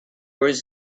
was